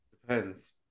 Depends